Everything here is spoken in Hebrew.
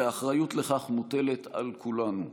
והאחריות לכך מוטלת על כולנו,